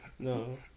No